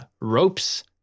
ropes